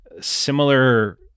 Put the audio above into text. Similar